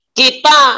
kita